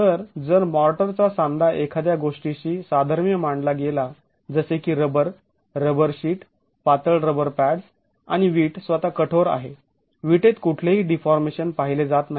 तर जर मॉर्टरचा सांधा एखाद्या गोष्टीशी साधर्म्य मांडला गेला जसे की रबर रबर शीट पातळ रबर पॅड्स् आणि वीट स्वतः कठोर आहे वीटेत कुठलेही डीफॉर्मेशन पाहिले जात नाही